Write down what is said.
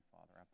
Father